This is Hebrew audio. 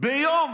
ביום